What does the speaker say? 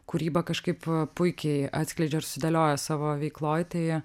kūrybą kažkaip puikiai atskleidžia ir sudėlioja savo veikloj tai